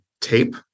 tape